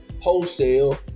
Wholesale